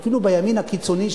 ואפילו בימין הקיצוני,